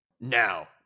Now